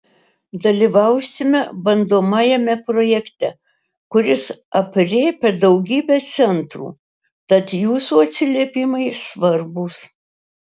dalyvausime bandomajame projekte kuris aprėpia daugybę centrų tad jūsų atsiliepimai svarbūs